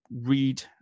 read